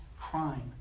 crime